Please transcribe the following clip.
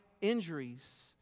injuries